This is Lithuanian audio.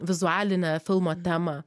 vizualinę filmo temą